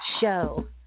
show